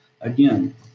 again